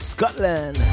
Scotland